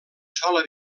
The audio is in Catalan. sola